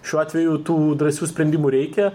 šiuo atveju tų drąsių sprendimų reikia